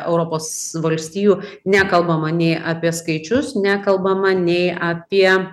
europos valstijų nekalbama nei apie skaičius nekalbama nei apie